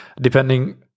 depending